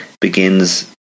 begins